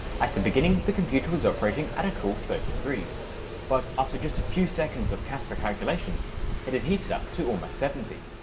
the beginning, the computer was operating at a cool thirty degrees but after just a few seconds of cassper calculations it had heated up to almost seventy.